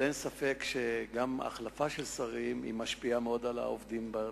אין ספק שההחלפה של שרים משפיעה מאוד גם על העובדים במשרד.